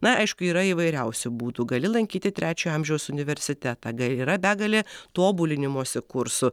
na aišku yra įvairiausių būdų gali lankyti trečiojo amžiaus universitetą yra begalė tobulinimosi kursų